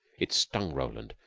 it stung roland.